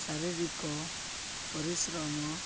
ଶାରୀରିକ ପରିଶ୍ରମ